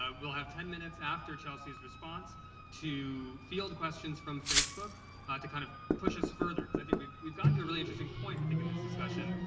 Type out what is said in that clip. we'll have ten minutes after chelsea's response to field questions from facebook to kind of push us further because i think we've we've gotten to a really interesting point, i think, in this discussion,